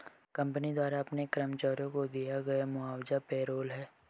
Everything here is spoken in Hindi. कंपनी द्वारा अपने कर्मचारियों को दिया गया मुआवजा पेरोल है